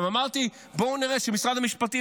אמרתי: בואו נראה את משרד המשפטים.